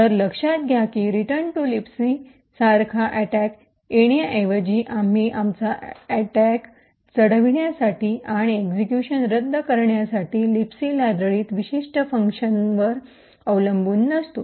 तर लक्षात घ्या की रिटर्न टू लिबसी सारखा अटैक येण्याऐवजी आम्ही आमचा अटैक चढवण्यासाठी आणि एक्सिक्यूशन रद्द करण्यासाठी लिबसी लायब्ररीत विशिष्ट फंक्शन्सवर अवलंबून नसतो